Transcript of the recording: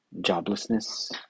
joblessness